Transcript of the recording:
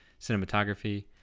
cinematography